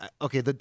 Okay